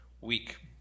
week